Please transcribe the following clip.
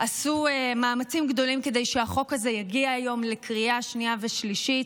עשו מאמצים גדולים כדי שהחוק הזה יגיע היום לקריאה שנייה ושלישית.